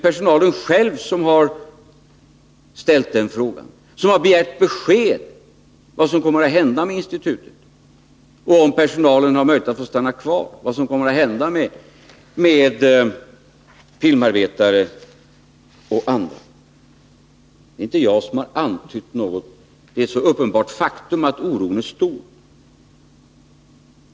Men, Jan-Erik Wikström, det är ju personalen själv som har begärt besked — vad som kommer att hända med institutet, om Om Svenska filmpersonalen har möjlighet att stanna kvar, vad som skall ske med filmarbetare och andra. Det är inte jag som har antytt något. Det är ett så uppenbart faktum att oron är stor.